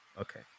Okay